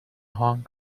hong